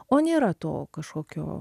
o nėra to kažkokio